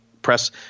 Press